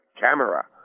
camera